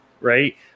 right